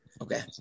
Okay